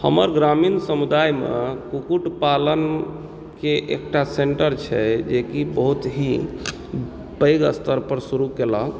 हमर ग्रामीण समुदायमे कुक्कुट पालनके एकटा सेन्टर छै जेकि बहुत ही पैघ स्तर पर शुरू केलक